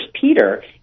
Peter